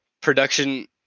Production